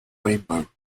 rainbow